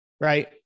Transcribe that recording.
Right